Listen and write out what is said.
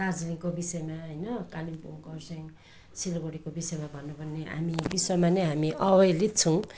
दार्जिलिङको विषयमा होइन कालिम्पोङ खरसाङ सिलगढीको विषयमा भनौँ भने हामी विश्वमा नै हामी अवहेलित छौँ